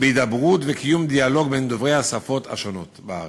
בהידברות וקיום דיאלוג בין דוברי השפות השונות בארץ.